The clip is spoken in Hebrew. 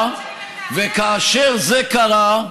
הנאום של, וכאשר זה קרה,